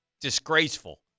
disgraceful